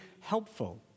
helpful